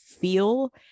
feel